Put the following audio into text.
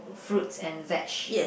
fruits and vege